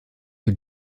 für